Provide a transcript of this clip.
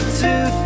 two